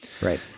Right